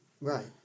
Right